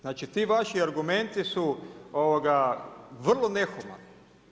Znači ti vaši argumenti su vrlo nehumani.